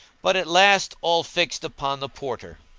but at last all fixed upon the porter.